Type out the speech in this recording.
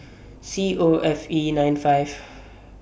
C O F E nine five